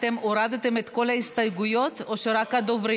אתם הורדתם את כל ההסתייגויות או שרק את הדוברים?